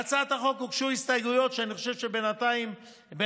להצעת החוק הוגשו הסתייגויות,